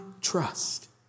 trust